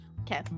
Okay